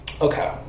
Okay